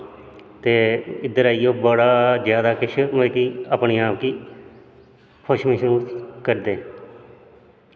ते इद्धर आइयै ओह् बड़ा जैदा किश मतलब कि अपने आप गी खुश मसूस करदे न